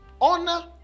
honor